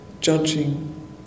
judging